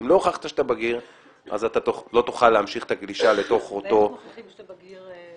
ואיך מוכיחים שאתה בגיר?